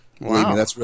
Wow